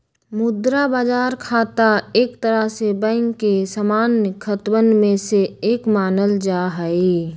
मुद्रा बाजार खाता एक तरह से बैंक के सामान्य खतवन में से एक मानल जाहई